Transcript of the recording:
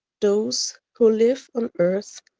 those who live on earth,